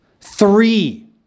Three